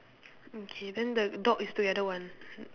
okay then the dog is together one